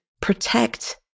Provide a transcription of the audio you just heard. Protect